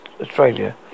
Australia